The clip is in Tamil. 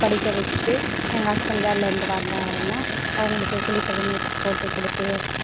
படிக்க வச்சிட்டு எங்கள் ஹஸ்பண்ட் வேலைல இருந்து வர்ந்தாருன்னா அவங்களுக்கு குளிக்க வெந்நீர் கு போட்டுக் கொடுத்து